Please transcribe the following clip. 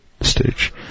stage